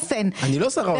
אני לא שר האוצר.